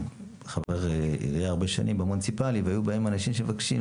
חבר הרבה שנים במוניציפלי והיו באים אנשים שמבקשים,